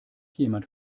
jemand